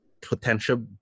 potential